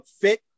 fit